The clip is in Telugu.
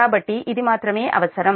కాబట్టి ఇది మాత్రమే అవసరం